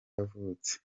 yavutse